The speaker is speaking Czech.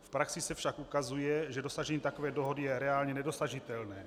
V praxi se však ukazuje, že dosažení takové dohody je reálně nedosažitelné.